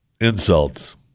insults